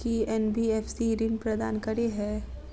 की NBFC ऋण प्रदान करे है?